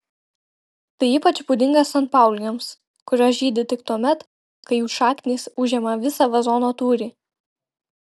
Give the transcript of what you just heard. tai ypač būdinga sanpaulijoms kurios žydi tik tuomet kai jų šaknys užima visą vazono tūrį